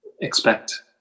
expect